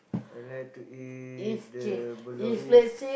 I like to eat the bolognese